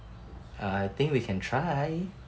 uh I think we can try